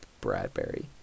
Bradbury